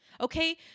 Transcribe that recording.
Okay